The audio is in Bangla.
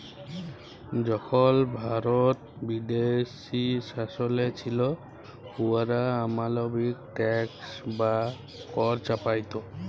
যখল ভারত বিদেশী শাসলে ছিল, উয়ারা অমালবিক ট্যাক্স বা কর চাপাইত